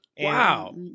Wow